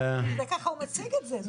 ככה הוא מציג את זה.